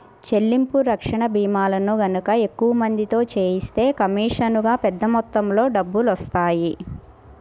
చెల్లింపు రక్షణ భీమాలను గనక ఎక్కువ మందితో చేయిస్తే కమీషనుగా పెద్ద మొత్తంలో డబ్బులొత్తాయి